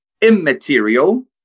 immaterial